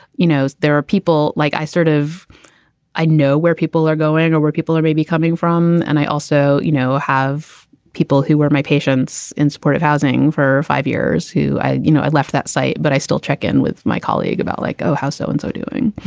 you know, there are people like i sort of i know where people are going or where people are maybe coming from. and i also, you know, have people who were my patients in supportive housing for five years who i you know, i left that site. but i still check in with my colleague about like, oh, how so-and-so so and so doing?